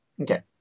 Okay